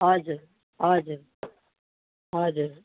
हजुर हजुर हजुर